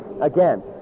Again